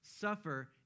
suffer